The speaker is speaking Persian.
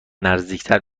نزدیکتر